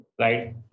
right